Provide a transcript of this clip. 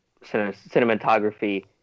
cinematography